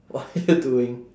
what are you doing